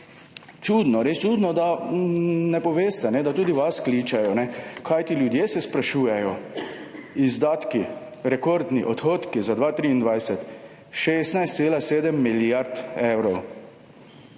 čudno, res čudno, da ne poveste, da tudi vas kličejo, kajti ljudje se sprašujejo, izdatki, rekordni odhodki za 2023 16,7 milijard evrov.